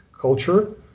culture